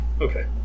Okay